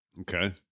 Okay